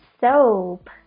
soap